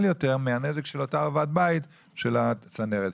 יותר מהנזק של אותו ועד הבית של הצנרת.